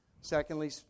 secondly